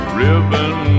ribbon